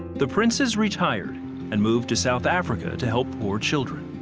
the princes retired and moved to south africa to help poor children.